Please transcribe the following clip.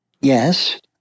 Yes